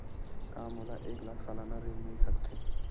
का मोला एक लाख सालाना ऋण मिल सकथे?